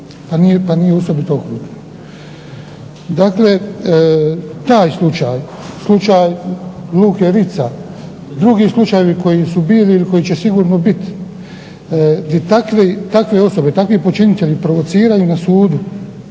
pa nije osobito okrutan. Dakle, taj slučaj, slučaj Luke Ritza, drugi slučajevi koji su bili ili koji će sigurno biti gdje takve osobe, takvi počinitelji provociraju na sudu,